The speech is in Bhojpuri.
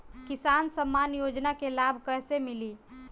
किसान सम्मान योजना के लाभ कैसे मिली?